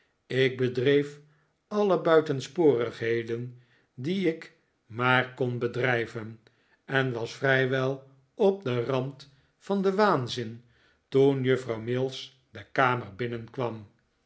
ik bedreef alle buitensporigheden die ik maar kon bedrij ven en was vrij wel op den rand van den waanzin toen juffrouw mills de kamer binnenkwam